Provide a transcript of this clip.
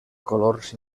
colors